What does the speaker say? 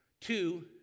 Two